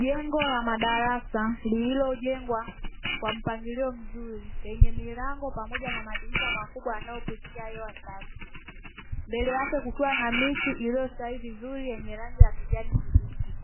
Jengo la madarasa lililojengwa kwa mpangilio mzuri lenye milango pamoja na madirisha makubwa yanayopitisha hewa safi, mbele yake kukiwa na miti iliyostawi vizuri yenye rangi ya kijani kibichi,